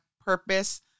purpose